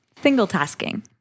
Single-tasking